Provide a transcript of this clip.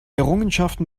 errungenschaften